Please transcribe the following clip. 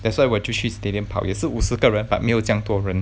that's why 我就去 stadium 跑也是五十个人 but 没有这样多人